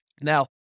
Now